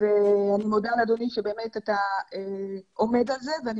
ואני מודה לאדוני שבאמת אתה עומד על זה ואני